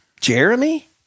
Jeremy